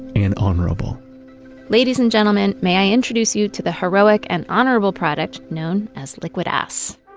and honorable ladies and gentlemen, may i introduce you to the heroic and honorable product known as liquid ass